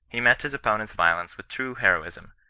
he met his opponent's violence with true hero ism,